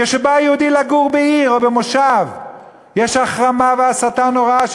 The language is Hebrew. כשבא יהודי לגור בעיר או במושב יש החרמה והסתה נוראה,